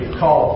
call